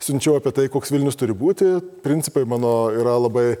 siunčiau apie tai koks vilnius turi būti principai mano yra labai